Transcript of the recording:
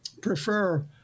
prefer